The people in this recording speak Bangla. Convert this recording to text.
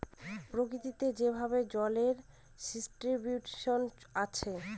প্রকৃতিতে যেভাবে জলের ডিস্ট্রিবিউশন আছে